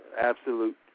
absolute